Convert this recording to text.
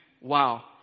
Wow